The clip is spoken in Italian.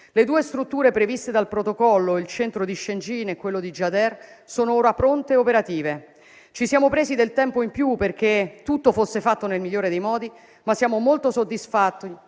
Le due strutture previste dal Protocollo, il centro di Shëngjin e quello di Gjadër, sono ora pronte e operative. Ci siamo presi del tempo in più perché tutto fosse fatto nel migliore dei modi, ma siamo molto soddisfatti